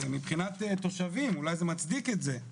מבחינת תושבים אולי זה מצדיק את זה,